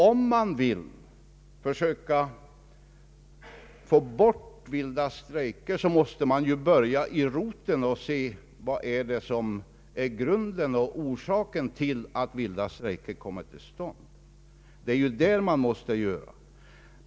Om man vill försöka få bort vilda strejker måste man börja vid roten och se vad som är orsaken till att vilda strejker utbryter.